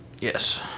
Yes